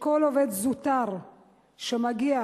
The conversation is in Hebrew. שכל עובד זוטר שמגיע,